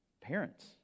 Parents